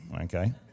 okay